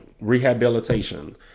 rehabilitation